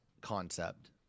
concept